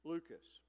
Lucas